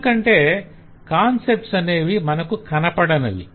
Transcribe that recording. ఎందుకంటే కాన్సెప్ట్స్ అనేవి మనకు కనపడినవి